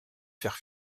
faire